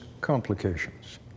complications